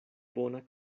bona